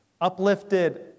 uplifted